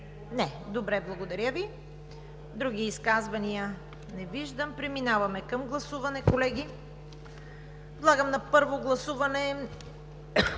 Не. Добре, благодаря Ви. Други изказвания? Не виждам. Преминаваме към гласуване, колеги. Подлагам на първо гласуване